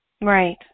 Right